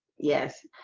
yes.